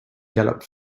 galloped